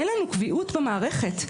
אין לנו קביעות במערכת,